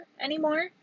anymore